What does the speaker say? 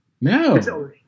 No